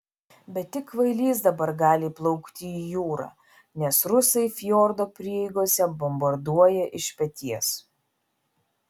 bet tik kvailys dabar gali plaukti į jūrą nes rusai fjordo prieigose bombarduoja iš peties